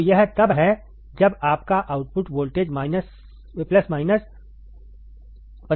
अब यह तब है जब आपका output voltage plus minus 15 volt है